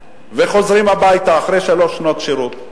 וחוזרים הביתה אחרי שלוש שנות שירות.